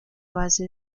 base